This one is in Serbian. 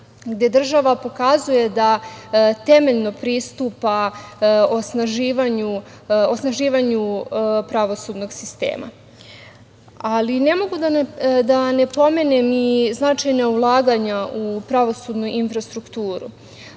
gde država pokazuje da temeljno pristupa osnaživanju pravosudnog sistema. Ne mogu da ne pomenem značajna ulaganja u pravosudnu infrastrukturu